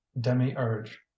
demiurge